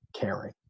caring